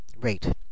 rate